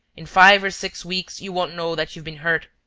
in five or six weeks, you won't know that you've been hurt.